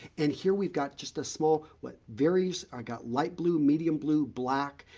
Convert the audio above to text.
and here we've got just a small what? various i got light blue, medium, blue, black,